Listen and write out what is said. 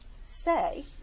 say